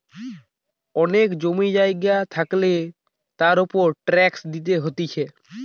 অনেক জমি জায়গা থাকলে তার উপর ট্যাক্স দিতে হতিছে